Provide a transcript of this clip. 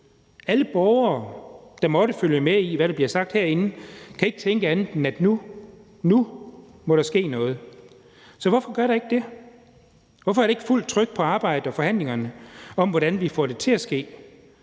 Alle borgere, der måtte følge med i, hvad der bliver sagt herinde, kan ikke tænke andet, end at der må ske noget nu. Så hvorfor gør der ikke det? Hvorfor er der ikke fuldt tryk på arbejdet og forhandlingerne om, hvordan vi får det til at ske?